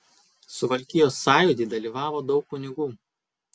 suvalkijos sąjūdy dalyvavo daug kunigų